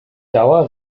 dauer